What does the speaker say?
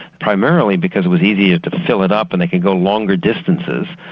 primarily because was easier to fill it up and it could go longer distances,